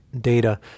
data